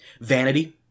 Vanity